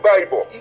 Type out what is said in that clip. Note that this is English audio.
Bible